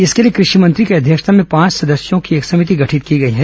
इसके लिए कृषि मंत्री की अध्यक्षता में पांच सदस्यीय समिति गठित की गई है